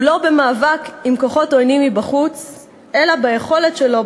הוא לא במאבק עם כוחות עוינים מבחוץ אלא ביכולת שלו,